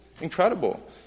incredible